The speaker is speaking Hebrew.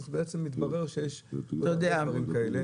מתברר שיש הרבה דברים כאלה.